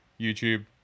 youtube